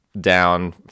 down